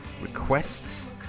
requests